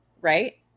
right